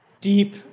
deep